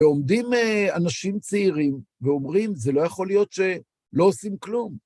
ועומדים אנשים צעירים ואומרים, זה לא יכול להיות שלא עושים כלום.